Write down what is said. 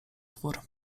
dwór